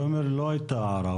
תומר לא הייתה הערה.